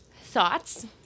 thoughts